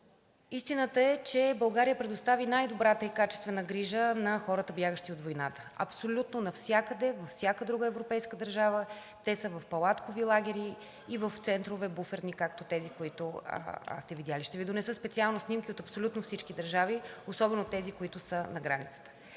истината е, че България предостави най-добрата и качествена грижа на хората, бягащи от войната. Абсолютно навсякъде във всяка друга европейска държава те са в палаткови лагери и в буферни центрове, както тези, които сте видели. (Реплики от ГЕРБ-СДС.) Ще Ви донеса специално снимки от абсолютно всички държави, особено тези, които са на границата.